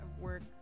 work